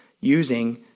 using